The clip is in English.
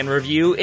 review